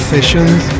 Sessions